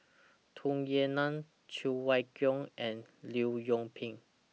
Tung Yue Nang Cheng Wai Keung and Leong Yoon Pin